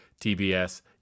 TBS